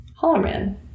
Hollerman